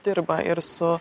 dirba ir su